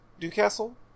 Newcastle